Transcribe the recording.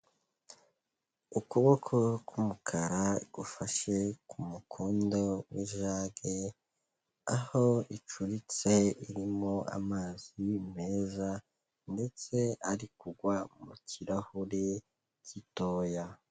Ukuboko k'umukara gufashe ku mukondo w'ijage, aho icuritse irimo amazi meza ndetse ari kugwa mu kirahuri gitoya.